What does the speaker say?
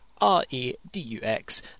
R-E-D-U-X